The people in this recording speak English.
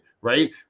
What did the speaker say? right